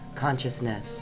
consciousness